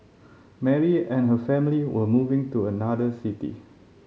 Mary and her family were moving to another city